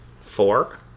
Four